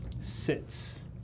sits